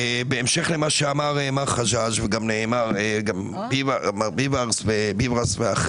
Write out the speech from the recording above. בהמשך למה שאמר מר חג'ג' ונאמר גם על ידי מר ביבס ואחרים.